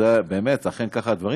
באמת אכן ככה הדברים?